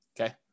Okay